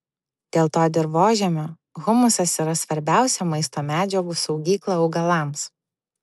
dėl to dirvožemio humusas yra svarbiausia maisto medžiagų saugykla augalams